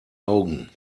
augen